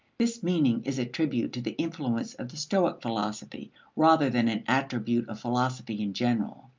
this meaning is a tribute to the influence of the stoic philosophy rather than an attribute of philosophy in general.